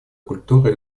культура